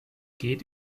geht